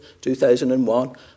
2001